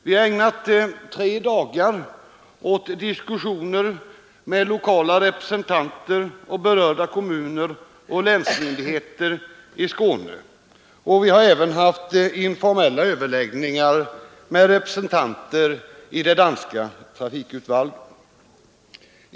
Vi har ägnat tre dagar åt diskussioner med lokala representanter, berörda kommuner och länsmyndigheter i Skåne, och vi har även haft informella överläggningar med representanter för Danmarks trafikudvalg.